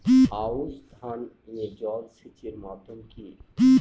আউশ ধান এ জলসেচের মাধ্যম কি?